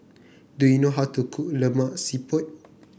do you know how to cook Lemak Siput